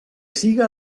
siga